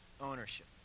ownership